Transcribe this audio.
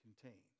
contained